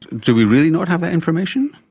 do we really not have that information?